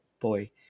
boy